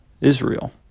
Israel